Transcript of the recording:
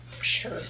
Sure